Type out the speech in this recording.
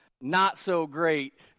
not-so-great